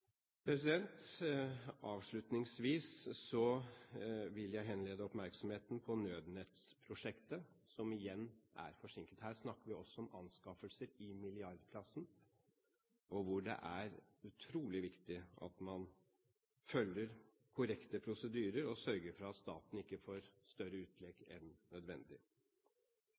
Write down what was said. Avslutningsvis vil jeg henlede oppmerksomheten på nødnettsprosjektet, som igjen er forsinket. Her snakker vi også om anskaffelser i milliardklassen, hvor det er utrolig viktig at man følger korrekte prosedyrer og sørger for at staten ikke får større utlegg enn nødvendig.